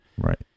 Right